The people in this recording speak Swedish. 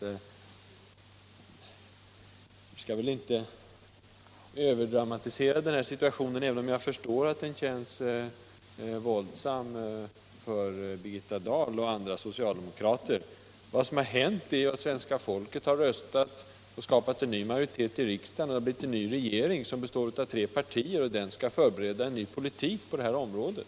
Vi skall väl inte överdramatisera denna situation, även om jag förstår att den känns våldsam för Birgitta Dahl och andra socialdemokrater. Vad som hänt är att svenska folket har röstat och skapat en ny majoritet i riksdagen, och det har blivit en ny regering som består av tre partier. Den regeringen skall förbereda en ny politik på detta område.